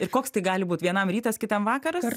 ir koks tai gali būt vienam rytas kitam vakaras